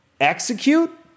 execute